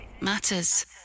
matters